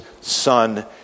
son